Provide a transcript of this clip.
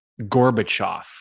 Gorbachev